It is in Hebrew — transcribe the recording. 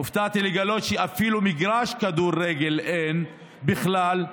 הופתעתי לגלות שאפילו מגרש כדורגל אין בכלל.